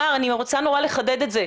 רוצה לחדד את זה.